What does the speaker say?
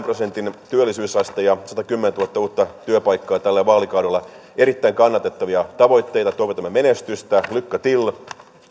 prosentin työllisyysaste ja satakymmentätuhatta uutta työpaikkaa tällä vaalikaudella erittäin kannatettavia tavoitteita toivotamme menestystä lycka till